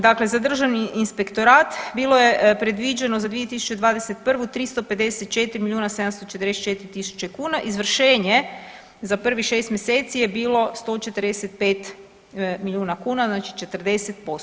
Dakle, za Državni inspektorat bilo je predviđeno za 2021. 354 milijuna 744 tisuće kuna, izvršenje za prvih 6 mjeseci je bilo 145 milijuna kuna, znači 40%